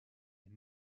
est